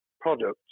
products